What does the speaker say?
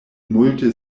multe